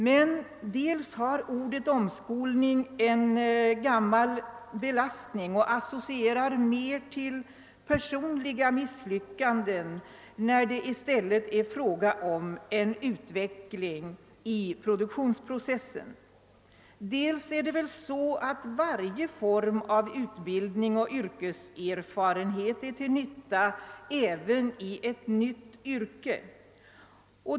Men dels har ordet omskolning sedan gammalt en belastning och associerar mera till personliga misslyckanden, när det i stället är fråga om en utveckling i produktionsprocessen, dels är varje form av utbildning och yrkeserfarenhet till nytta även i ett nytt yrke.